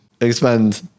Expand